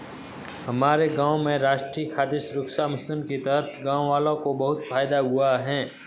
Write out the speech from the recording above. हमारे गांव में राष्ट्रीय खाद्य सुरक्षा मिशन के तहत गांववालों को बहुत फायदा हुआ है